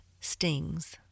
stings